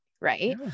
right